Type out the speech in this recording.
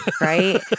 Right